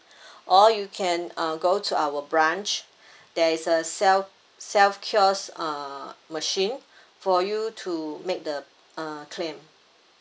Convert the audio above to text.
or you can uh go to our branch there is a self self kiosk uh machine for you to make the uh claim